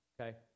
okay